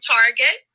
Target